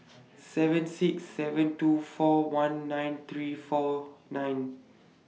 seven six seven two four one nine three four nine